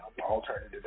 alternative